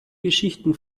geschichten